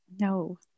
No